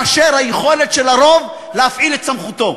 מאשר היכולת של הרוב להפעיל את סמכותו.